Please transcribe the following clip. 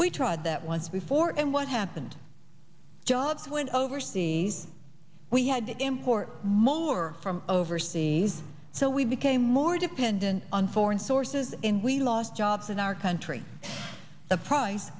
we tried that once before and what happened jobs went overseas we had to import more from overseas so we became more dependent on foreign sources in we lost jobs in our country the price